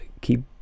keep